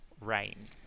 Rain